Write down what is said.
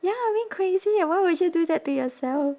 ya really crazy eh why would you do that to yourself